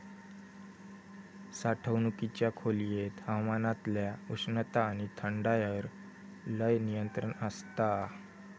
साठवणुकीच्या खोलयेत हवामानातल्या उष्णता आणि थंडायर लय नियंत्रण आसता